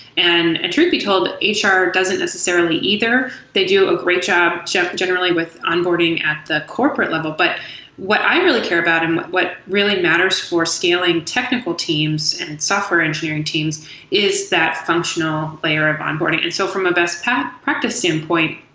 and truth be told, hr doesn't necessarily either. they do a great job job generally with onboarding at the corporate level. but what i really care about and what really matters for scaling technical teams and software engineering teams is that functional layer on onboarding. and so from a best practice standpoint,